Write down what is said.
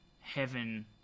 heaven